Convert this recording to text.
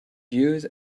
use